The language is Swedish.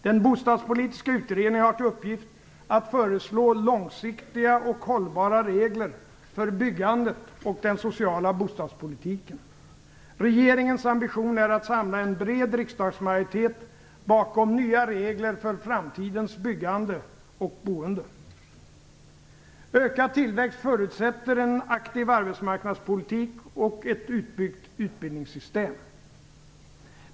Den bostadspolitiska utredningen har till uppgift att föreslå långsiktiga och hållbara regler för byggandet och den sociala bostadspolitiken. Regeringens ambition är att samla en bred riksdagsmajoritet bakom nya regler för framtidens byggande och boende. Ökad tillväxt förutsätter en aktiv arbetsmarknadspolitik och ett utbyggt utbildningssystem.